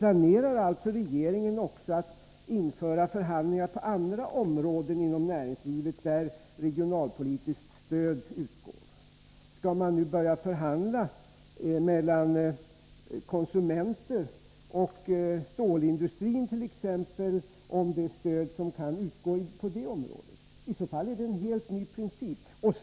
Planerar alltså regeringen att införa systemet med förhandlingar även på andra områden inom näringslivet där regionalpolitiskt stöd utgår? Skall det nu också bli förhandlingar mellan t.ex. stålindustrin och konsumenterna om det stöd som kan utgå på det området? I så fall rör det sig om en helt ny princip.